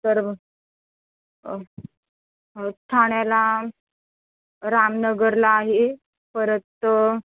तर ठाण्याला रामनगरला आहे परत